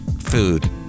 food